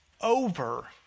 over